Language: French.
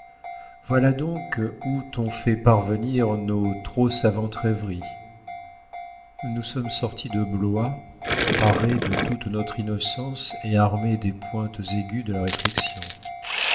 voilà donc où t'ont fait parvenir nos trop savantes rêveries nous sommes sorties de blois parées de toute notre innocence et armées des pointes aiguës de la réflexion